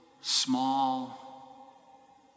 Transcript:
small